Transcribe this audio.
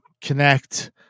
connect